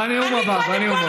בנאום הבא, בנאום הבא.